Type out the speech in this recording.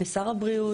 שר הבריאות.